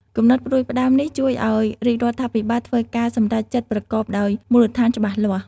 គំនិតផ្តួចផ្តើមនេះជួយឱ្យរាជរដ្ឋាភិបាលធ្វើការសម្រេចចិត្តប្រកបដោយមូលដ្ឋានច្បាស់លាស់។